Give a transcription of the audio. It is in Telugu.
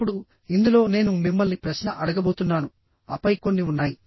ఇప్పుడుఇందులో నేను మిమ్మల్ని ప్రశ్న అడగబోతున్నానుఆపై కొన్ని ఉన్నాయి